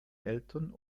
eltern